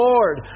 Lord